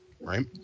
right